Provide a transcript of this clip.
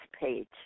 page